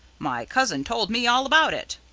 my cousin told me all about it.